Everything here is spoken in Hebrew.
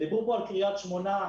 דיברו כאן על קריית שמונה,